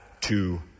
two